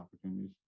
opportunities